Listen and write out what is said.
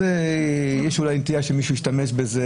שיש אולי נטייה שמישהו ישתמש בזה.